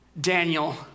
Daniel